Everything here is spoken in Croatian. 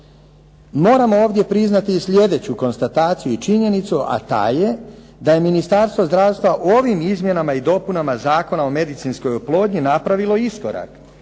Moramo ovdje priznati i sljedeću konstataciju i činjenicu, a ta je da je Ministarstvo zdravstva ovim izmjenama i dopunama Zakona o medicinskoj oplodnji napravilo iskorak